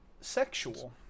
sexual